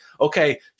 okay